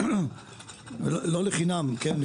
לא לחינם, כן?